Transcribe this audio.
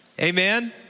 Amen